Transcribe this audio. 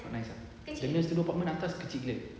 not nice ah dia nya studio apartment atas kecil gila